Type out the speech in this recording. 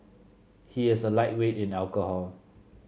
he is a lightweight in alcohol